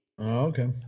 Okay